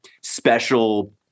special